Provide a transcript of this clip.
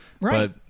Right